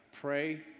pray